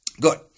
Good